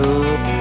up